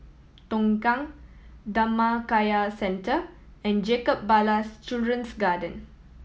Tongkang Dhammakaya Centre and Jacob Ballas Children's Garden